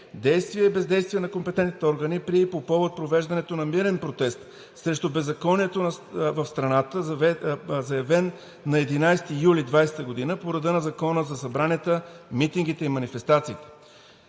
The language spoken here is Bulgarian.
действията и бездействията на компетентните органи при и по повод провеждането на мирен протест срещу беззаконието на страната, заявен за 11 юли 2020 г. по реда на Закона за събранията, митингите и манифестациите.